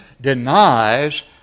denies